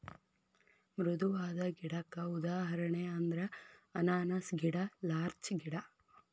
ಮೃದುವಾದ ಗಿಡಕ್ಕ ಉದಾಹರಣೆ ಅಂದ್ರ ಅನಾನಸ್ ಗಿಡಾ ಲಾರ್ಚ ಗಿಡಾ